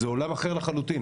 זה עולם אחר לחלוטין.